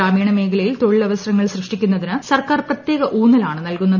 ഗ്രാമീണ മേഖലയിൽ തൊഴിലവസരങ്ങൾ സൃഷ്ടിക്കുന്നതിന് സർക്കാർ പ്രത്യേക ഊന്നലാണ് നൽകുന്നത്